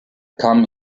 come